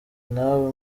nawe